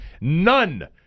None